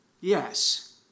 Yes